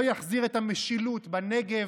לא יחזיר את המשילות בנגב,